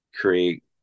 create